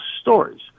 stories